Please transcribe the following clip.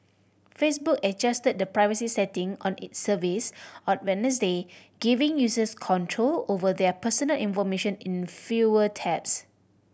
Facebook adjusted the privacy setting on its service on Wednesday giving users control over their personal information in fewer taps